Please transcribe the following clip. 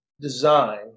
design